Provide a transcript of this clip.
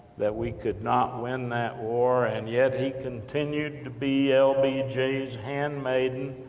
that we could not win that war, and yet he continued to be ah be lbj's handmaiden,